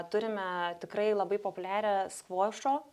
turime tikrai labai populiarią skvošo